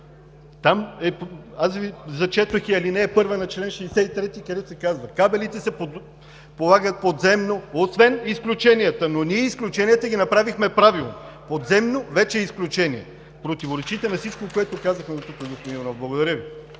Аз Ви прочетох и ал. 1 на чл. 63, където се казва: „Кабелите се полагат подземно, освен изключенията“, но ние изключенията ги направихме правило. Подземно вече е изключение. Противоречите на всичко, което казахме дотук, господин Иванов. Благодаря Ви.